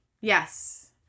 Yes